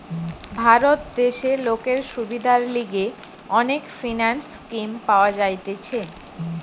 ভারত দেশে লোকের সুবিধার লিগে অনেক ফিন্যান্স স্কিম পাওয়া যাইতেছে